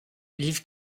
liv